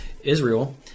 Israel